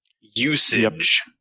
usage